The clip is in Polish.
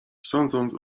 sądząc